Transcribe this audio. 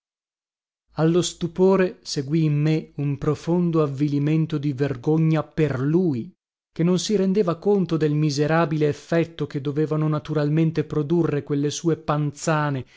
allo stupore seguì in me un profondo avvilimento di vergogna per lui che non si rendeva conto del miserabile effetto che dovevano naturalmente produrre quelle sue panzane